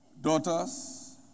daughters